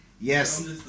Yes